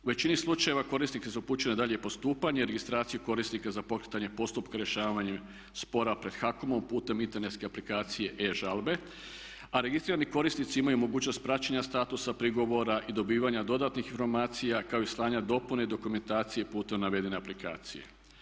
U većini slučajeva korisnici se upućuju na daljnje postupanje, registraciju korisnika za pokretanje postupka rješavanja spora pred HAKOM-om putem internetske aplikacije e-žalbe, a registrirani korisnici imaju mogućnost praćenja statusa prigovora i dobivanja dodatnih informacija kao i slanja dopune i dokumentacije putem navedene aplikacije.